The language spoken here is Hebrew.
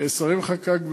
שרים לחקיקה.